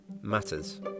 matters